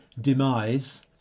demise